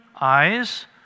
eyes